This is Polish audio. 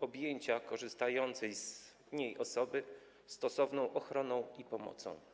objęcia korzystającej z niej osoby stosowną ochroną i pomocą.